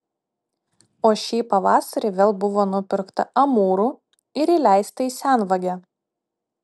o šį pavasarį vėl buvo nupirkta amūrų ir įleista į senvagę